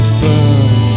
firm